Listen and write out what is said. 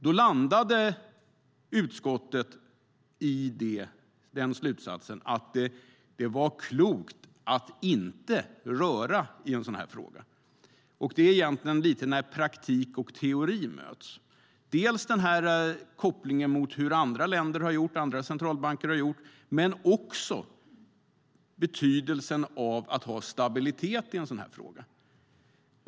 Då landade utskottet i slutsatsen att det var klokt att inte röra i en sådan fråga. Det handlar egentligen om att praktik och teori möts. Det har att göra med dels kopplingen till hur andra länders centralbanker har gjort, dels betydelsen av att ha stabilitet i en sådan fråga.